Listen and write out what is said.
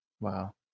Wow